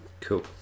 Cool